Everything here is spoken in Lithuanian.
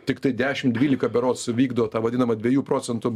tiktai dešimt dvylika berods vykdo tą vadinamą dviejų procentų